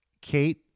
Kate